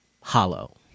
hollow